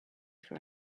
for